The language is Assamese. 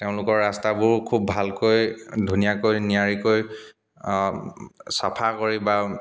তেওঁলোকৰ ৰাস্তাবোৰ খুব ভালকৈ ধুনীয়াকৈ নিয়াৰিকৈ চাফা কৰি বা